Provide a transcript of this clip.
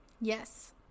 yes